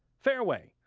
fareway,